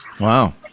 Wow